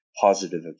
positive